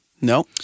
No